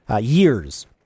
years